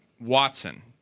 Watson